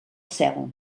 cel